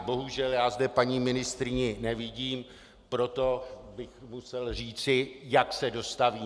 Bohužel já zde paní ministryni nevidím, proto bych musel říci, jakmile se dostaví.